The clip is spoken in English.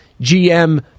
GM